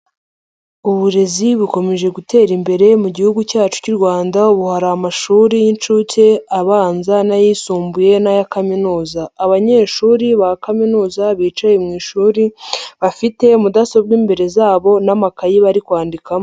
Uburezi bukomeje gutera imbere mu gihugu cyacu cy'u Rwanda, ubu hari amashuri y'inshuke, abanza n'ayisumbuye n'aya kaminuza. Abanyeshuri ba kaminuza bicaye mu ishuri, bafite mudasobwa imbere zabo n'amakayi bari kwandikamo.